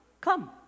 Come